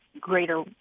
greater